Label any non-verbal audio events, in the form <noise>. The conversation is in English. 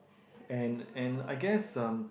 and and I guess um <noise>